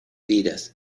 diras